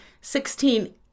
Sixteen